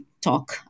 talk